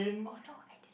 oh no I didn't